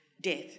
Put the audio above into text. Death